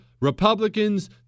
Republicans